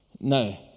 No